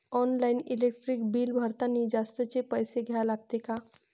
Online electric bill भरतानी जास्तचे पैसे द्या लागते का?